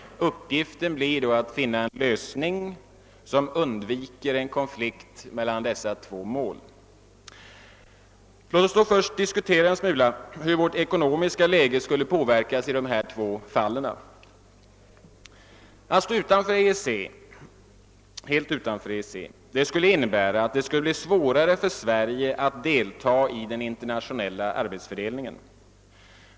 Uppgiften blir då att finna en lösning som undviker en konflikt mellan dessa två mål. Låt oss därför först något diskutera hur vårt ekonomiska läge skulle påverkas i de här två fallen! Om Sverige skulle stå helt utanför EEC, skulle det bli svårare för oss att delta i den internationella arbetsfördelningen.